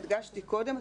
הדגשתי קודם,